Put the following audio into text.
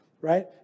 right